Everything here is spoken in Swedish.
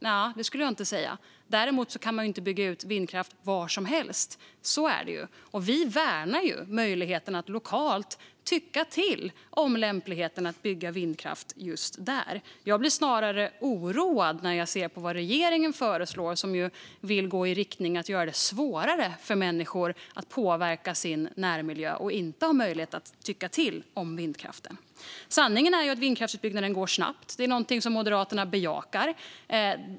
Nja, det skulle jag inte säga. Däremot kan man inte bygga ut vindkraft var som helst. Så är det ju, och vi värnar möjligheten att lokalt tycka till om lämpligheten i att bygga vindkraft just där. Jag blir snarare oroad när jag ser på vad regeringen föreslår. Man vill ju gå i riktningen att göra det svårare för människor att påverka sin närmiljö och inte ge dem möjlighet att tycka till om vindkraften. Sanningen är att vindkraftsutbyggnaden går snabbt. Det är något som Moderaterna bejakar.